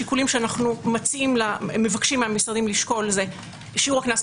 השיקולים שאנחנו מבקשים מהמשרדים לשקול זה שיעור הקנס,